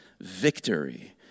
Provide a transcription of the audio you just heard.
victory